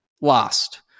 lost